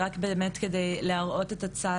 חברות שהן בואו נגיד יותר מסורתיות.